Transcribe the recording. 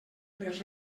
les